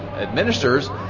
administers